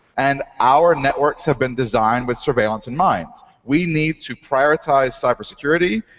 and our networks have been designed with surveillance in mind. we need to prioritize cyber security.